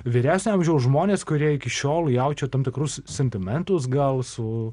vyresnio amžiaus žmonės kurie iki šiol jaučia tam tikrus sentimentus gal su